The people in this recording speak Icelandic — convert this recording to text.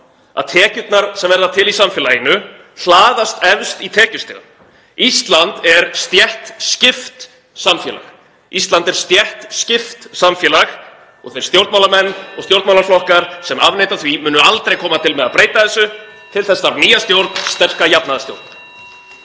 að tekjurnar sem verða til í samfélaginu hlaðast efst í tekjustigann. Ísland er stéttskipt samfélag (Forseti hringir.) og þeir stjórnmálamenn og stjórnmálaflokkar sem afneita því munu aldrei koma til með að breyta þessu. (Forseti hringir.) Til þess þarf nýja stjórn, sterka jafnaðarstjórn.